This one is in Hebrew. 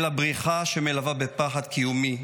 אלא בריחה שמלווה בפחד קיומי,